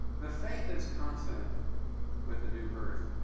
the faith that's consonant with the new birth,